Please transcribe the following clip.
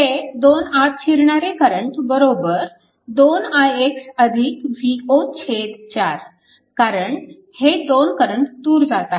हे दोन आत शिरणारे करंट बरोबर 2 ix V0 4 कारण हे दोन करंट दूर जात आहेत